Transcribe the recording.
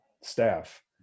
staff